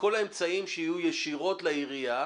ובכל האמצעים שיהיו ישירות לעירייה,